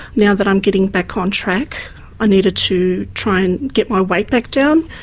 now that i'm getting back on track i needed to try and get my weight back down.